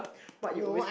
what you always